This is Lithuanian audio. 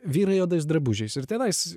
vyrai juodais drabužiais ir tenais